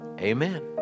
Amen